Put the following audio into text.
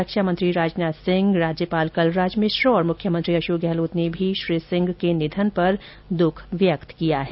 रक्षा मंत्री राजनाथ सिंह राज्यपाल कलराज मिश्र और मुख्यमंत्री अशोक गइलोत ने भी श्री सिंह के नियन पर दुख व्यक्त किया है